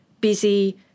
busy